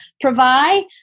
provide